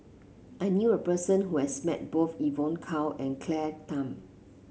I knew a person who has met both Evon Kow and Claire Tham